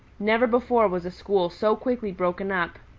never before was a school so quickly broken up.